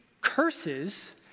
curses